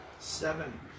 Seven